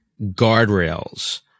guardrails